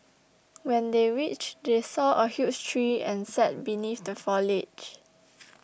when they reached they saw a huge tree and sat beneath the foliage